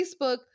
Facebook